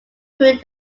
through